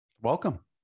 welcome